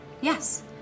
Yes